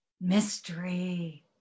Mystery